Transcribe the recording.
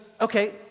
okay